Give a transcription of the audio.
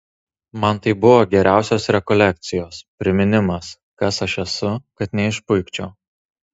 man tai buvo geriausios rekolekcijos priminimas kas aš esu kad neišpuikčiau